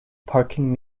parking